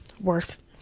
worth